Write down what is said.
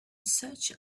search